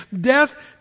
Death